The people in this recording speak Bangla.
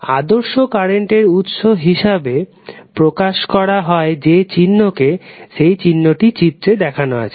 আদর্শ কারেন্টের উৎস প্রকাশ করা হয় চিত্রে দেখানো প্রতীক দ্বারা